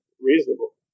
reasonable